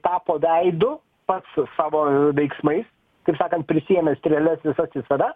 tapo veidu pats savo veiksmais kaip sakant prisiėmė strėles visad visada